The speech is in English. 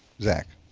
zach.